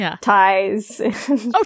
ties